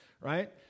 right